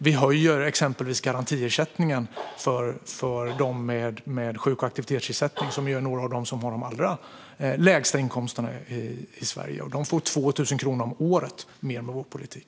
Vi höjer exempelvis garantiersättningen för dem med sjuk och aktivitetsersättning, som ju är några av dem som har de allra lägsta inkomsterna i Sverige. De får 2 000 kronor om året mer med vår politik.